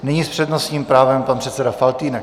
Nyní s přednostním právem pan předseda Faltýnek.